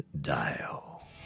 dial